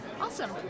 Awesome